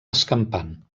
escampant